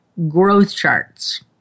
growthcharts